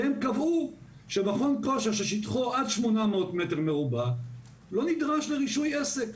והם קבעו שמכון כושר ששטחו עד 800 מ"ר לא נדרש לרישוי עסק.